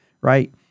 right